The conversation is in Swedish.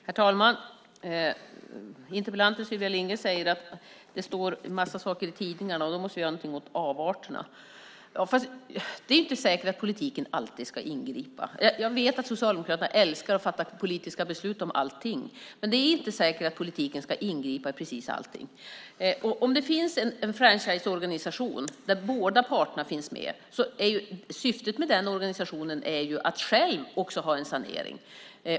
Herr talman! Interpellanten Sylvia Lindgren säger att det står en massa saker i tidningarna och att vi måste göra någonting åt avarterna. Men det är inte säkert att politiken alltid ska ingripa. Jag vet att Socialdemokraterna älskar att fatta politiska beslut om allting, men det är inte säkert att politiken ska ingripa i precis allting. Om det finns en franchiseorganisation där båda parterna finns med är syftet med den organisationen att själv ha en sanering.